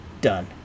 Done